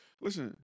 listen